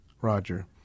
Roger